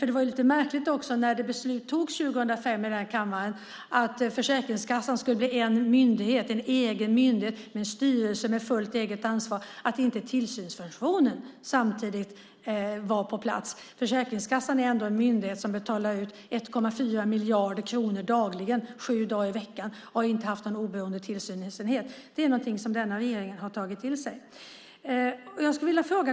Det var lite märkligt när beslutet togs här i kammaren 2005 att Försäkringskassan skulle bli en egen myndighet med styrelse och fullt eget ansvar att inte tillsynsfunktionen samtidigt var på plats. Försäkringskassan är en myndighet som betalar ut 1,4 miljarder kronor dagligen sju dagar i veckan men har inte haft någon oberoende tillsynsmyndighet. Det är något som regeringen har tagit till sig.